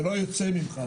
זה לא יוצא ממך,